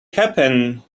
happen